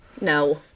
No